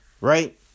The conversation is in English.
right